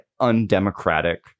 undemocratic